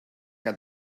que